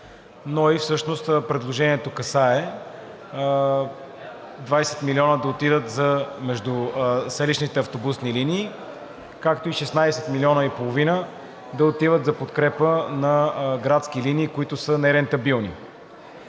транспорт. Предложението касае 20 милиона да отидат за междуселищните автобусни линии, както и 16,5 милиона да отидат за подкрепа на градски линии, които са нерентабилни.